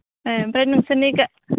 ए ओमफ्राय नोंसोरनि